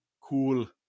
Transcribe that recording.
Cool